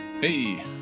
hey